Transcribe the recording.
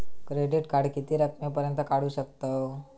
Credit card किती रकमेपर्यंत काढू शकतव?